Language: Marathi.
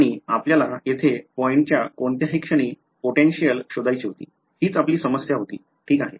आणि आम्हाला येथे पॉईंटच्या कोणत्याही क्षणी potential शोधायची होती हीच आपली समस्या होती ठीक आहे